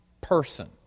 person